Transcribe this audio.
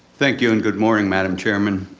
thank you and good morning, madam chairman.